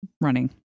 running